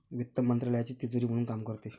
वित्त मंत्रालयाची तिजोरी म्हणून काम करते